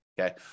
okay